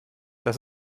das